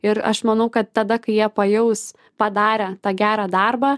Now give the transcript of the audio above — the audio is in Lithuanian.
ir aš manau kad tada kai jie pajaus padarę tą gerą darbą